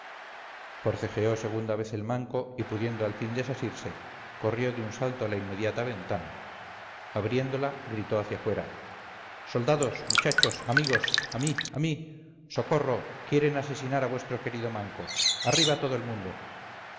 forcejeó segunda vez el manco y pudiendo al fin desasirse corrió de un salto a la inmediata ventana abriéndola gritó hacia afuera soldados muchachos amigos a mí a mí socorro quieren asesinar a vuestro querido manco arriba todo el mundo